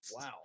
wow